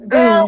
Girl